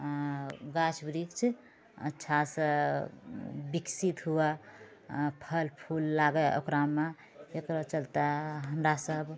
गाछ वृक्ष अच्छासँ विकसित हुवै फल फूल लागए ओकरामे एकरो चलते हमरासब